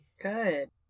Good